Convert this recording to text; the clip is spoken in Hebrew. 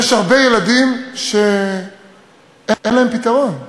יש הרבה ילדים שאין להם פתרון,